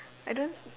I don't